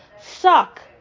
suck